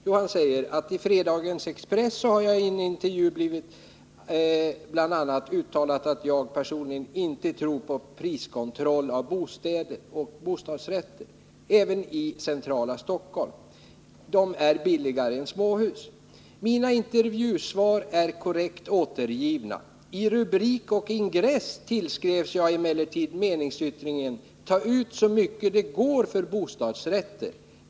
Jo, han säger: ”I fredagens Expressen har jag i en intervju bl.a. uttalat att jag personligen inte tror på priskontroll av bostäder och att bostadsrätter — även i centrala Stockholm — är billigare än småhus. Mina intervjusvar är korrekt återgivna. I rubrik och ingress tillskrivs jag emellertid meningsyttringen "Ta ut så mycket det går för bostadsrätter”.